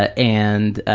ah and